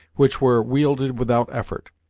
which were wielded without effort,